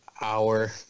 hour